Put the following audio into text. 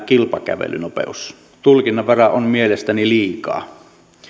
kilpakävelynopeus tulkinnanvaraa on mielestäni liikaa